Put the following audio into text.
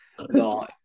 No